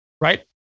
right